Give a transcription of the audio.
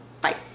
Bye